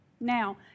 Now